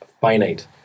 finite